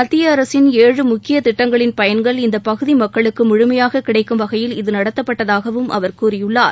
மத்திய அரசின் ஏழு முக்கிய திட்டங்களின் பயன்கள் இந்த பகுதி மக்களுக்கு முழுமையாக கிடைக்கும் வகையில் இது நடத்தப்பட்டதாகவும் அவர் கூறியுள்ளார்